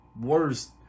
worst